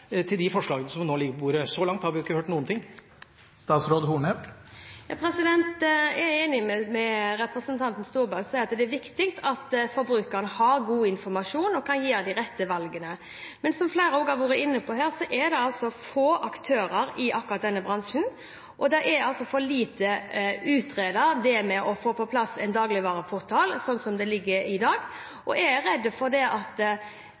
til de forslagene som nå ligger på bordet? Så langt har vi ikke hørt noen ting. Jeg er enig med representanten Storberget i at det er viktig at forbrukeren får god informasjon og kan gjøre de rette valgene. Men som flere har vært inne på her, er det få aktører i akkurat denne bransjen, og det med å få på plass en dagligvareportal er for lite utredet, slik det er i dag. Jeg er redd for at hvis vi skal få på plass en dagligvareportal, vil det gjøre at